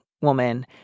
woman